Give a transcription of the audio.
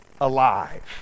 alive